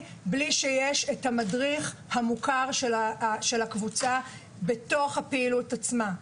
בלי שהמדריך המוכר של הקבוצה נמצא בפעילות עצמה.